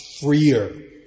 freer